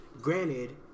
granted